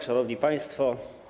Szanowni Państwo!